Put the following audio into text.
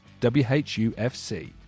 whufc